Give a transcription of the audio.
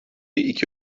iki